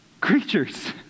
creatures